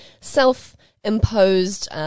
self-imposed